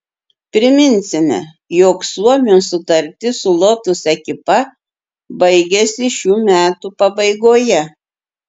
priminsime jog suomio sutartis su lotus ekipa baigiasi šių metų pabaigoje